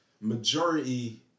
majority